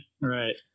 Right